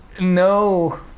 No